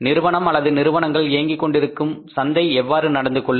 நிறுவனம் அல்லது நிறுவனங்கள் இயங்கிக் கொண்டிருக்கும் சந்தை எவ்வாறு நடந்து கொள்ளும்